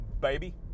baby